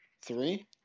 Three